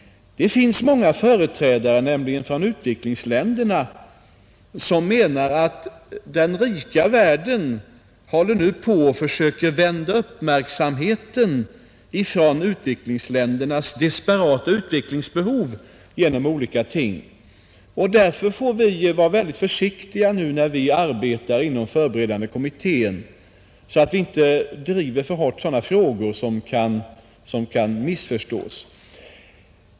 Det finns många företrädare för utvecklingsländerna som menar att den rika världen nu håller på att vända uppmärksamheten från utvecklingsländernas desperata utvecklingsbehov genom olika åtgärder. Därför får vi nu vara mycket försiktiga när vi arbetar inom förberedande kommittén, så att vi inte driver för hårt sådana frågor som kan missförstås.